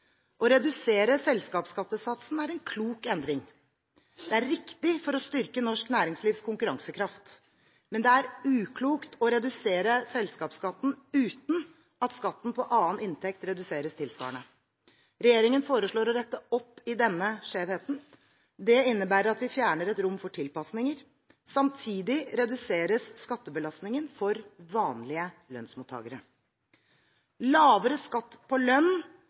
Å redusere selskapsskattesatsen er en klok endring. Det er riktig for å styrke norsk næringslivs konkurransekraft. Men det er uklokt å redusere selskapsskatten uten at skatten på annen inntekt reduseres tilsvarende. Regjeringen foreslår å rette opp i denne skjevheten. Det innebærer at vi fjerner et rom for tilpasninger. Samtidig reduseres skattebelastningen for vanlige lønnsmottakere. Lavere skatt på lønn